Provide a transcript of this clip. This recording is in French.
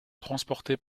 transportée